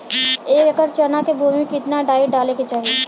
एक एकड़ चना के भूमि में कितना डाई डाले के चाही?